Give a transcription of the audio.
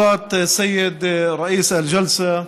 (אומר בערבית: כבוד יושב-ראש הישיבה,